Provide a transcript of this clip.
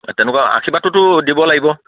তেনেকুৱা আৰ্শীবাদটোতো দিব লাগিব